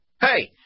Hey